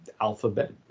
alphabet